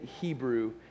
Hebrew